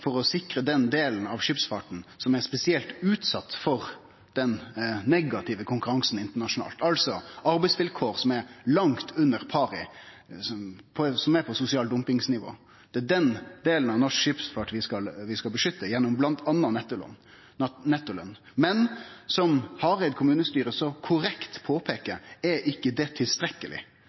for å sikre den delen av skipsfarten som er spesielt utsett for den negative konkurransen internasjonalt, altså arbeidsvilkår som er langt under pari, og som er på sosial dumping-nivå. Det er den delen av norsk skipsfart vi skal beskytte gjennom bl.a. nettoløn. Men som Hareid kommunestyre så korrekt påpeiker, er ikkje det tilstrekkeleg.